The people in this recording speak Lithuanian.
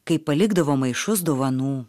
kai palikdavo maišus dovanų